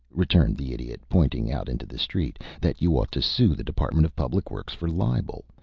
returned the idiot, pointing out into the street, that you ought to sue the department of public works for libel.